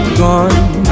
gone